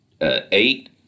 eight